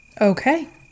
Okay